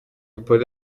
polly